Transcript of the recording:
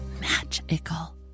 magical